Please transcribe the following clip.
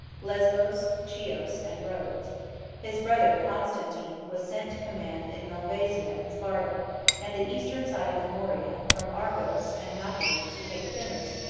lesbos, chios, and rhodes his brother constantine was sent to command in malvasia and sparta and the eastern side of the morea, from argos and napoli to cape thinners,